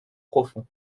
profond